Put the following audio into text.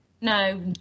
No